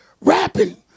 rapping